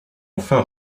enfin